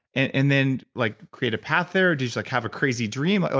and and then like create a path there? did you like have a crazy dream?